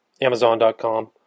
Amazon.com